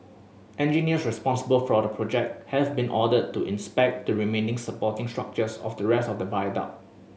engineers responsible for the project has been ordered to inspect the remaining supporting structures of the rest of the viaduct